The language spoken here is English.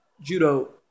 judo